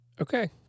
Okay